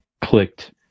clicked